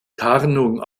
tarnung